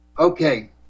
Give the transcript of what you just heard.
okay